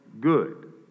good